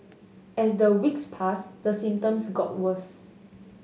as the weeks pass the symptoms got worse